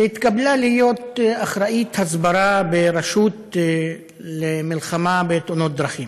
שהתקבלה להיות אחראית הסברה ברשות למלחמה בתאונות דרכים